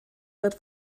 wird